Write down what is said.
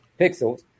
pixels